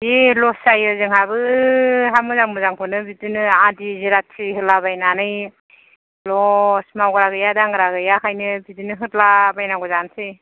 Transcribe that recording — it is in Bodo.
जि लस जायो जोंहाबो हा मोजां मोजांखौनो बिदिनो आदि जिराथि होलाबायनानै लस मावग्रा गैया दांग्रा गैया खायनो बिदिनो होदला बायनांगौ जानसै